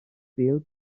bêl